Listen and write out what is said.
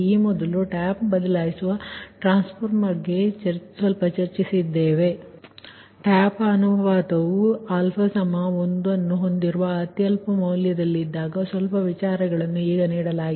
ಈ ಮೊದಲು ಟ್ಯಾಪ್ ಬದಲಾಯಿಸುವ ಟ್ರಾನ್ಸ್ಫಾರ್ಮರ್ ಬಗ್ಗೆ ಸ್ವಲ್ಪಚರ್ಚಿಸಿದ್ದೇವೆ ಟ್ಯಾಪ್ ಅನುಪಾತವು α1ನ್ನು ಹೊಂದಿರುವ ಅತ್ಯಲ್ಪ ಮೌಲ್ಯದಲ್ಲಿದ್ದಾಗ ಸ್ವಲ್ಪ ವಿಚಾರಗಳನ್ನು ಈಗ ನೀಡಲಾಗಿದೆ